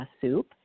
soup